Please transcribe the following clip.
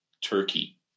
Turkey